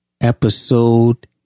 Episode